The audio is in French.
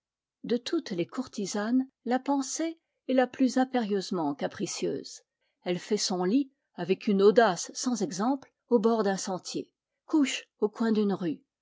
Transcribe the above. de toutes les courtisanes la pensée est la plus impérieusement capricieuse elle fait son lit avec une audace sans exemple au bord d'un sentier couche au coin d'une rue